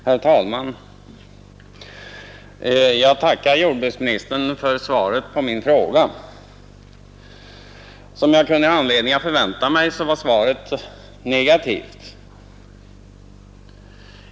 Herr talman! Jag tackar jordbruksministern för svaret på min fråga. Som jag kunde ha anledning att förvänta mig var svaret negativt.